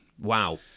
wow